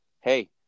hey